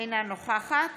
אינה נוכחת